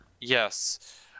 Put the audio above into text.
yes